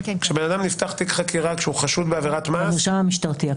במרשם המשטרתי.